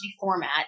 format